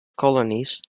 colonies